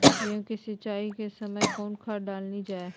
गेंहू के सिंचाई के समय कौन खाद डालनी चाइये?